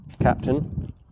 captain